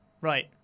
Right